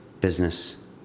business